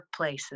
workplaces